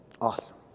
Awesome